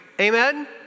Amen